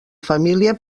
família